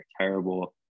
terrible